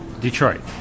Detroit